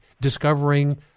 discovering